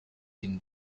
dem